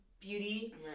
beauty